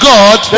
God